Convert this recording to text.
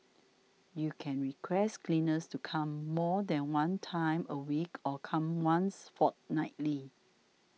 you can request cleaners to come more than one time a week or come once fortnightly